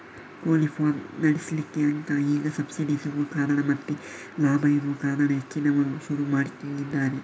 ಕೋಳಿ ಫಾರ್ಮ್ ನಡೆಸ್ಲಿಕ್ಕೆ ಅಂತ ಈಗ ಸಬ್ಸಿಡಿ ಸಿಗುವ ಕಾರಣ ಮತ್ತೆ ಲಾಭ ಇರುವ ಕಾರಣ ಹೆಚ್ಚಿನವರು ಶುರು ಮಾಡಿದ್ದಾರೆ